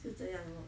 就这样 lor